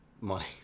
Money